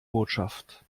botschaft